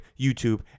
youtube